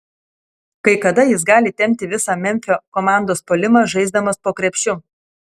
kai kada jis gali tempti visą memfio komandos puolimą žaisdamas po krepšiu